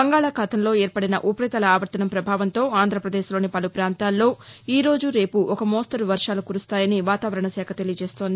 బంగాళా ఖాతంలో ఏర్పడిన ఉపరితల ఆవర్తనం పభావంతో ఆంధ్రప్రదేశ్లోని పలు పాంతాల్లో ఈరోజు రేపు ఒక మోస్తరు వర్వాలు కురుస్తాయని వాతావరణ శాఖ తెలియజేస్తోంది